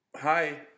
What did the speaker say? Hi